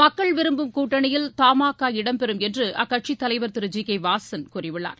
மக்கள் விரும்பும் கூட்டணியில் தமாகா இடம் பெறும் என்று அக்கட்சியின் தலைவர் திரு ஜிகேவாசன் கூறியுள்ளார்